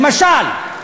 למשל,